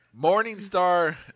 Morningstar